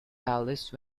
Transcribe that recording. alice